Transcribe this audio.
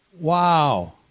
Wow